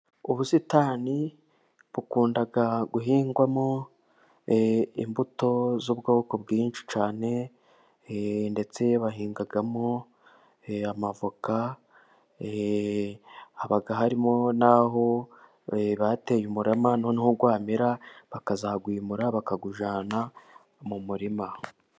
Ubusitani bukunda guhingwamo imbuto z'ubwoko bwinshi cyane, ndetse bahingamo amavoka, haba harimo n'aho bateye umurama, noneho wamera bakazawimura bakawujyana mu murima.